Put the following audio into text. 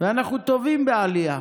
ואנחנו טובים בעלייה.